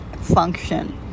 function